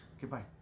Goodbye